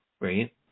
right